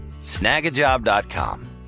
snagajob.com